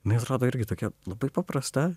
jinai atrodo irgi tokia labai paprasta